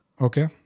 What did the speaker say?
Okay